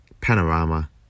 Panorama